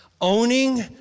Owning